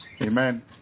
Amen